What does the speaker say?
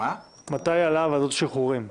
מתי עלה ועדות השחרורים?